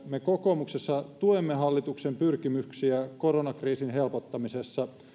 me kokoomuksessa tuemme hallituksen pyrkimyksiä koronakriisin helpottamisessa